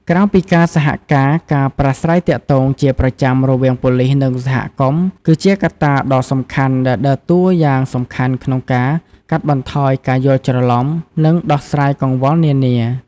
ក្រៅពីការសហការ ការប្រាស្រ័យទាក់ទងជាប្រចាំរវាងប៉ូលីស និងសហគមន៍ គឺជាកត្តាដ៏សំខាន់ដែលដើរតួយ៉ាងសំខាន់ក្នុងការ កាត់បន្ថយការយល់ច្រឡំ និង ដោះស្រាយកង្វល់នានា។